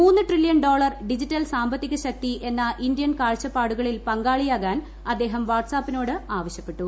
മൂന്ന് trillion dollar digital സാമ്പത്തിക ശക്തി എന്ന ഇന്ത്യൻ കാഴ്ചപ്പാടുകളിൽ പങ്കാളിയാകാൻ അദ്ദേഹം വാട്സാപ്പിനോട് ആവശ്യപ്പെട്ടു